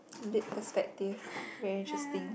did perspective very interesting